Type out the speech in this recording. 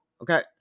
Okay